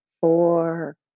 four